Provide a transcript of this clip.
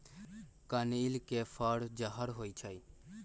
कनइल के फर जहर होइ छइ